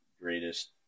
greatest